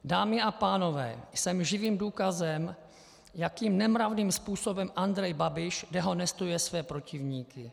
Dámy a pánové, jsem živým důkazem, jakým nemravným způsobem Andrej Babiš dehonestuje své protivníky.